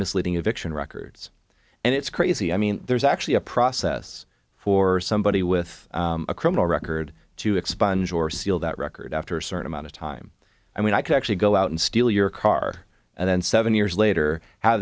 misleading eviction records and it's crazy i mean there's actually a process for somebody with a criminal record to expunge or seal that record after a certain amount of time i mean i could actually go out and steal your car and then seven years later how